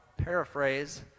paraphrase